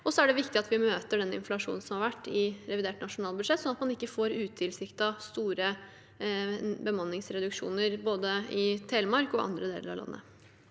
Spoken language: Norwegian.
Så er det viktig at vi møter den inflasjonen som har vært, i revidert nasjonalbudsjett, sånn at man ikke får utilsiktede, store bemanningsreduksjoner i Telemark eller i andre deler av landet.